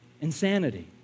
insanity